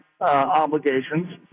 obligations